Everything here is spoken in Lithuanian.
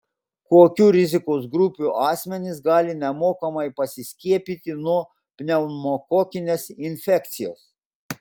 kokių rizikos grupių asmenys gali nemokamai pasiskiepyti nuo pneumokokinės infekcijos